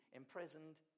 imprisoned